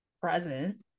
present